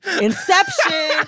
Inception